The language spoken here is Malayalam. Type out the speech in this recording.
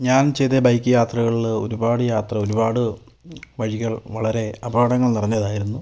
ഞാൻ ചെയ്ത ബൈക്ക് യാത്രകള് ഒരുപാട് യാത്ര ഒരുപാട് വഴികൾ വളരെ അപകടങ്ങൾ നിറഞ്ഞതായിരുന്നു